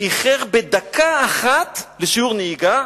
איחר בדקה אחת לשיעור נהיגה,